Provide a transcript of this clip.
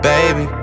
Baby